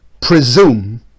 presume